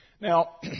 Now